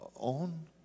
own